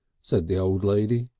said the old lady,